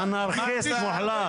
אנרכיסט מוחלט.